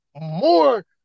more